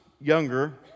younger